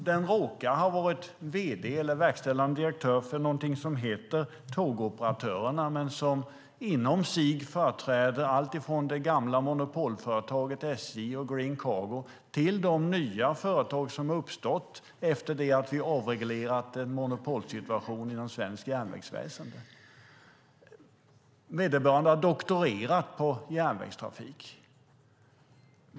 Han råkar ha varit verkställande direktör för något som heter Tågoperatörerna, som inom sig företräder alltifrån de gamla monopolföretagen SJ och Green Cargo till de nya företag som uppstått efter att vi avreglerat monopolet inom det svenska järnvägsväsendet. Vederbörande har doktorerat på järnvägstrafik.